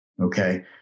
okay